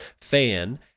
Fan